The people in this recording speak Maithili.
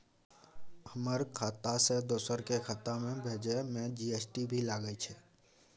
हमर खाता से दोसर के खाता में भेजै में जी.एस.टी भी लगैछे?